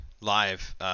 live